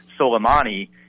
Soleimani